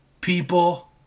People